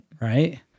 right